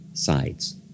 sides